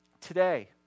Today